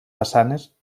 façanes